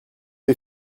est